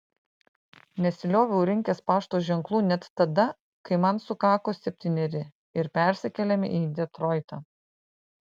nesilioviau rinkęs pašto ženklų net tada kai man sukako septyneri ir persikėlėme į detroitą